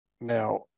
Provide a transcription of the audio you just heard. Now